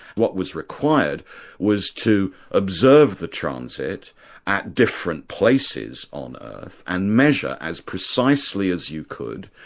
what was required was to observe the transit at different places on earth, and measure, as precisely as you could,